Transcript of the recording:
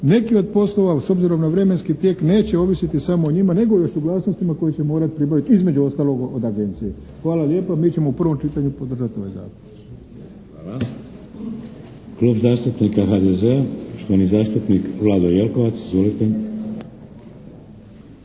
neki od poslova s obzirom na vremenski tijek neće ovisiti samo o njima nego i o suglasnostima koje će morati pribaviti između ostaloga od agencije. Hvala lijepa. Mi ćemo u prvom čitanju podržati ovaj zakon. **Šeks, Vladimir (HDZ)** Hvala. Klub zastupnika HDZ-a, poštovani zastupnik Vlado Jelkovac, izvolite.